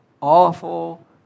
awful